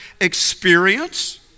experience